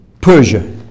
Persia